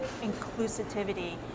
inclusivity